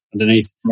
underneath